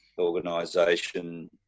organisation